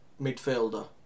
midfielder